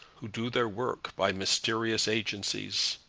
who do their work by mysterious agencies.